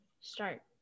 start